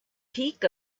peak